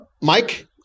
Mike